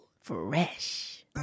Fresh